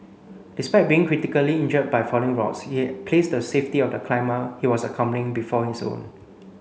despite being critically injured by falling rocks he placed the safety of the climber he was accompanying before his own